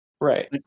Right